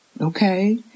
Okay